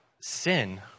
sin